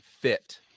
fit